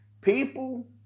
people